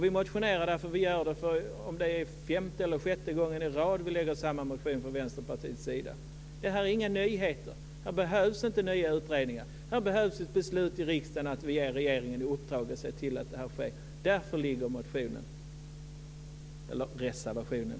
Vi motionerar för femte eller sjätte gången i rad. Det är inga nyheter. Det behövs inga nya utredningar. Här behövs ett beslut i riksdagen att ge regeringen i uppdrag att se till att det sker. Därför finns reservationen.